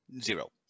zero